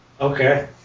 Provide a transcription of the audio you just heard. Okay